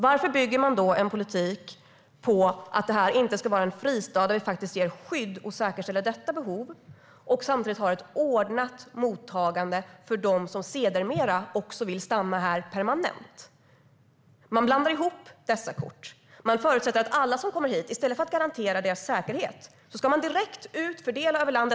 Varför bygger man då en politik på att detta inte ska vara en fristad där vi ger skydd och säkerställer detta behov och samtidigt har ett ordnat mottagande för dem som sedermera också vill stanna här permanent? Man blandar ihop dessa kort. I stället för att garantera säkerheten för alla som kommer hit ska de direkt ut och fördelas över landet.